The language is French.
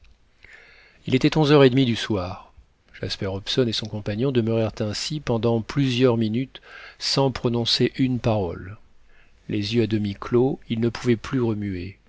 il était onze heures et demie du soir jasper hobson et son compagnon demeurèrent ainsi pendant plusieurs minutes sans prononcer une parole les yeux à demi clos ils ne pouvaient plus remuer